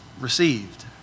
received